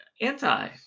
anti